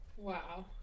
wow